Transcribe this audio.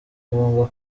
agomba